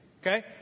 okay